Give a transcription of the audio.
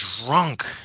drunk